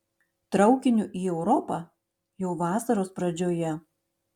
traukiniu į europą jau vasaros pradžioje